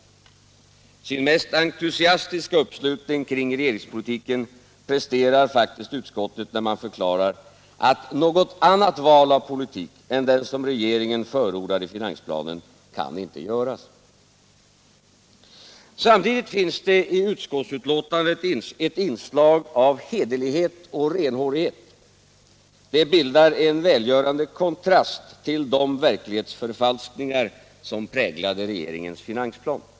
Sin mest entusiastiska uppslutning kring regeringspolitiken presterar faktiskt utskottet när man förklarar: ”Enligt utskottet kan något annat val av politik än den som regeringen förordar i finansplanen inte göras.” Samtidigt finns det i utskottsbetänkandet ett inslag av hederlighet och renhårighet. Det bildar en välgörande kontrast till de verklighetsförfalskningar som präglade regeringens finansplan.